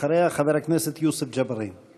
אחריה, חבר הכנסת יוסף ג'בארין.